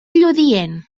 lludient